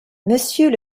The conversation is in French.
monsieur